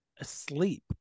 asleep